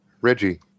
Reggie